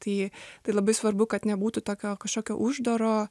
tai tai labai svarbu kad nebūtų tokio kažkokio uždaro